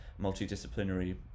multidisciplinary